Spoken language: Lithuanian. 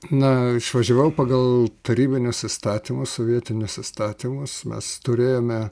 na išvažiavau pagal tarybinius įstatymus sovietinius įstatymus mes turėjome